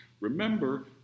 Remember